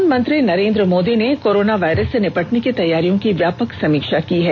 प्रधानमंत्री नरेंद्र मोदी ने corona virus से निपटने की तैयारियों की व्यापक समीक्षा की है